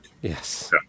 Yes